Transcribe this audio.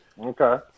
Okay